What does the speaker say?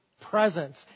presence